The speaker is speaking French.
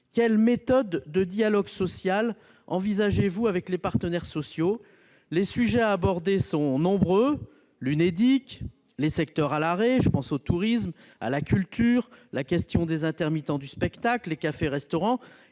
quelle méthode de dialogue social envisagez-vous avec les partenaires sociaux ? Les sujets à aborder sont nombreux : l'Unédic, les secteurs à l'arrêt- je pense au tourisme, à la culture, aux intermittents du spectacle, aux cafés et aux restaurants